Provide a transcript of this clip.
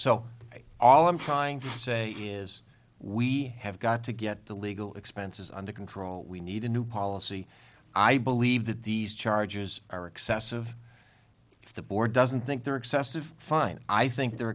so all i'm trying to say is we have got to get the legal expenses under control we need a new policy i believe that these charges are excessive if the board doesn't think they're excessive fine i think they're